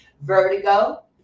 vertigo